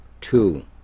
two